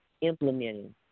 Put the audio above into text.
implementing